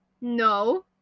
No